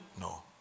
No